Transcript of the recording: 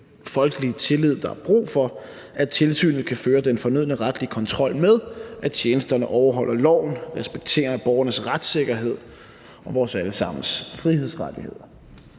folkelige tillid, der er brug for, at tilsynet kan føre den fornødne retlige kontrol med, at tjenesterne overholder loven og respekterer borgernes retssikkerhed og vores alle sammens frihedsrettigheder.